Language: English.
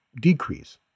decrease